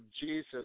Jesus